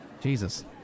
Jesus